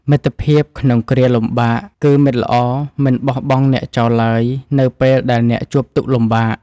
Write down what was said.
មិត្តភាពក្នុងគ្រាលំបាក គឺមិត្តល្អមិនបោះបង់អ្នកចោលឡើយ នៅពេលដែលអ្នកជួបទុក្ខលំបាក។